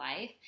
life